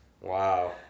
Wow